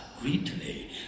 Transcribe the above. greatly